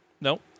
No